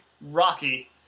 rocky